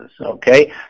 okay